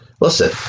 Listen